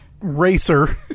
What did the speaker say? racer